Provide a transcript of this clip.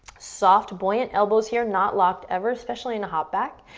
soft, buoyant elbows here, not locked ever, especially in a hop back.